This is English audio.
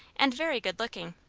and very good-looking,